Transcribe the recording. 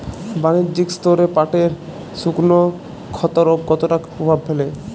বাণিজ্যিক স্তরে পাটের শুকনো ক্ষতরোগ কতটা কুপ্রভাব ফেলে?